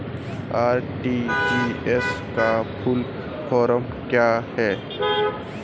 RTGS का full form क्या है?